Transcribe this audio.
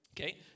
okay